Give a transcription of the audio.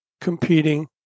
competing